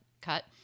cut